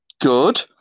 good